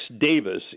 Davis